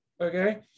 okay